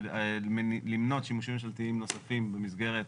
למנות שימושים ממשלתיים נוספים במסגרת